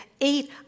eight